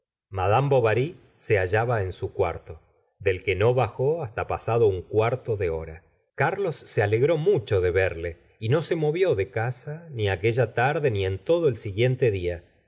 mad bovry se hallaba en su cuarto del que no bajó hasta pasado un cuarto de hora carlos se alegró mucho de verle y no se movió de casa ni aquella noche ni en todo el siguiente dia